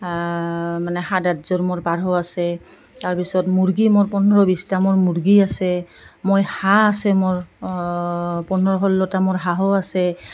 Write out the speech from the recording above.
মানে সাত আঠযোৰ মোৰ পাৰ আছে তাৰপিছত মুৰ্গী মোৰ পোন্ধৰ বিছটা মোৰ মুৰ্গী আছে মই হাঁহ আছে মোৰ পোন্ধৰ ষোল্লত মোৰ হাঁহো আছে